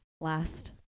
Last